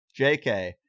JK